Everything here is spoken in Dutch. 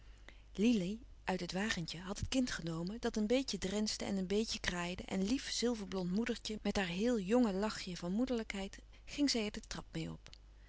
lili uit het wagentje had het kindje genomen dat een beetje drensde en een beetje kraaide en lief zilverblond moedertje met haar heel jonge lachje van moederlijkheid ging zij er de trap meê op